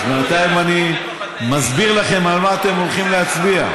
אז בינתיים אני מסביר לכם על מה אתם הולכים להצביע.